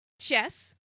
chess